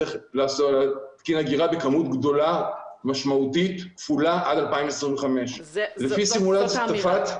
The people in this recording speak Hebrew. צריך אגירה בכמות גדולה משמעותית וכפולה עד 2025. זאת האמירה.